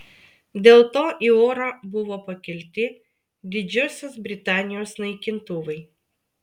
dėl to į orą buvo pakelti didžiosios britanijos naikintuvai